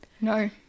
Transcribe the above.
No